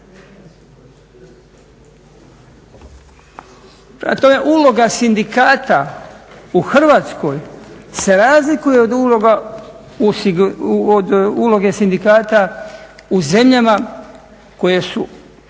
uloga sindikata u Hrvatskoj se razlikuje od uloga sindikata u zemljama koje su